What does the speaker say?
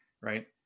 right